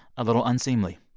a little unseemly.